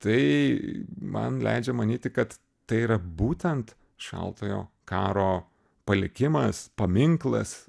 tai man leidžia manyti kad tai yra būtent šaltojo karo palikimas paminklas